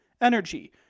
energy